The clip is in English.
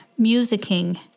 musicking